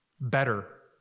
better